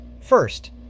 First